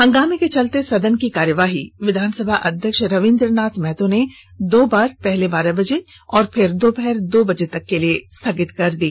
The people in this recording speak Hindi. हंगामे के चलते सदन की कार्यवाही को विधानसभा अध्यक्ष रवींद्रनाथ महतो ने दो बार पहले बारह बजे और फिर दोपहर दो बजे तक के लिए स्थगित कर दी